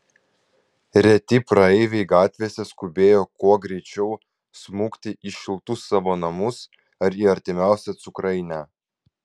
reti praeiviai gatvėse skubėjo kuo greičiau smukti į šiltus savo namus ar į artimiausią cukrainę